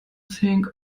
think